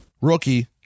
rookie